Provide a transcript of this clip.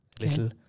Little